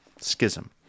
schism